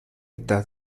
estas